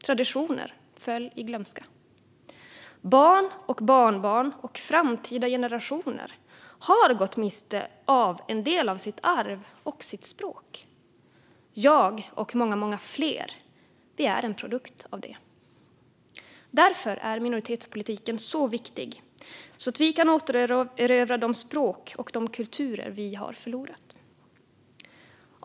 Traditioner föll i glömska. Barn, barnbarn och framtida generationer har gått miste om en del av sitt arv och sitt språk. Jag och många fler är en produkt av detta. Därför är minoritetspolitiken så viktig. Det handlar om att återerövra de språk och de kulturer vi har förlorat.